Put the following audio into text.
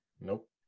Nope